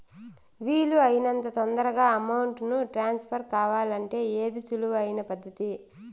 వీలు అయినంత తొందరగా అమౌంట్ ను ట్రాన్స్ఫర్ కావాలంటే ఏది సులువు అయిన పద్దతి